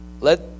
Let